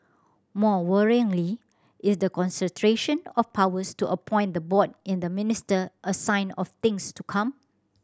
more worryingly is the concentration of powers to appoint the board in the minister a sign of things to come